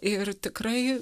ir tikrai